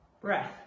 breath